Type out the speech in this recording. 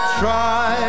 try